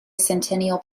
centennial